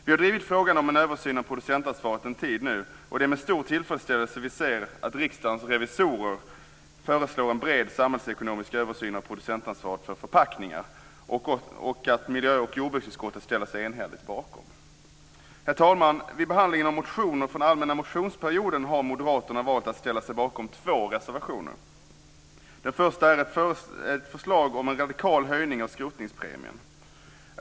Vi har drivit frågan om en översyn av producentansvaret en tid nu och det är med stor tillfredsställelse som vi ser att Riksdagens revisorer föreslår en bred samhällsekonomisk översyn av producentansvaret för förpackningar och att miljö och jordbruksutskottet ställer sig enhälligt bakom. Herr talman! Vid behandlingen av motioner från allmänna motionsperioden har Moderaterna valt att ställa sig bakom två reservationer. Den första är ett förslag om en radikal höjning av skrotningspremien.